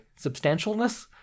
Substantialness